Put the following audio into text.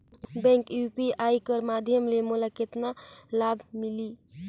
Bank UPI कर माध्यम ले मोला कतना लाभ मिली?